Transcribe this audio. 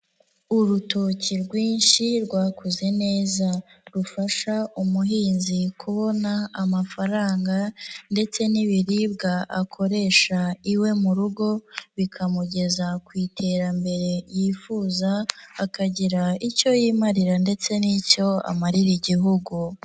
Urutoki rwinshi rwakuze neza rufasha umuhinzi kubona amafaranga ndetse n'ibiribwa akoresha iwe mu rugo, bikamugeza ku iterambere yifuza, akagira icyo yimarira ndetse n'icyo amarira igihugu.